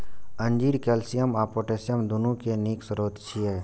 अंजीर कैल्शियम आ पोटेशियम, दुनू के नीक स्रोत छियै